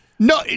No